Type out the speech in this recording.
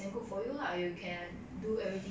got lah tank also don't get good grades [what]